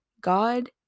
God